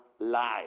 lies